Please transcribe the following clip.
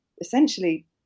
essentially